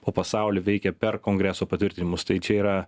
o pasauly veikia per kongreso patvirtinimus tai čia yra